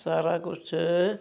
ਸਾਰਾ ਕੁਛ